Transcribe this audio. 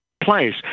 place